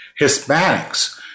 Hispanics